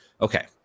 okay